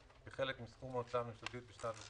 בגלל שזה אתה אז אני מדבר